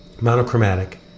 monochromatic